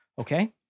okay